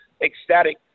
ecstatic